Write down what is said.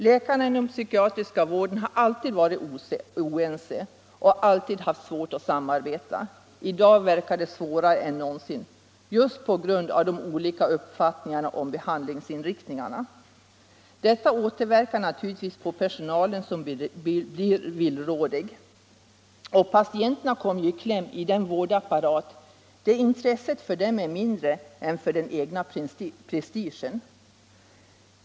Läkarna inom den psykiatriska vården har alltid varit oense och alltid haft svårt att samarbeta. I dag verkar det som om det vore svårare än någonsin på grund av de olika uppfattningarna om behandlingsinriktningarna. Detta återverkar naturligtvis på personalen som blir villrådig. Patienterna kommer också i kläm i denna vårdapparat, där intresset för dem är mindre än för den egna prestigen.